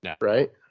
Right